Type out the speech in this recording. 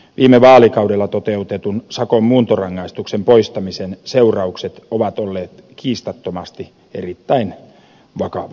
viime vaalikaudella toteutetun sakon muuntorangaistuksen poistamisen seuraukset ovat olleet kiistattomasti erittäin vakavat